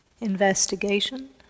investigation